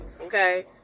okay